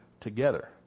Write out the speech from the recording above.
together